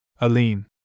Aline